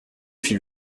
fil